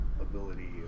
ability